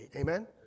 Amen